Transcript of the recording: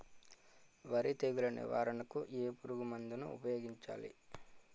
వరి తెగుల నివారణకు ఏ పురుగు మందు ను ఊపాయోగించలి?